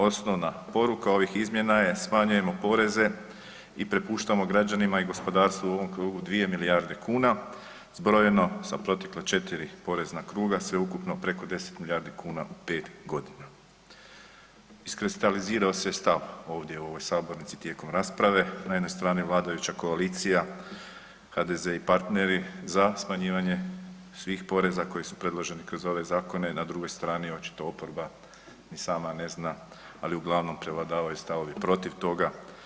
Osnovna poruka ovih izmjena je smanjujemo poreze i prepuštamo građanima i gospodarstvu u ovom krugu 2 milijarde kuna zbrojeno sa protekle 4. porezna kruga sveukupno preko 10 milijardi kuna 5.g. Iskristalizirao se stav ovdje u ovoj sabornici tijekom rasprave, na jednoj strani vladajuća koalicija HDZ i partneri za smanjivanje svih poreza koji su predloženi kroz ove zakone, na drugoj strani očito oporba i sama ne zna, ali uglavnom prevladavaju stavovi protiv toga.